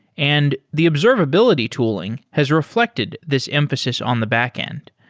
and the observability tooling has reflected this emphasis on the backend.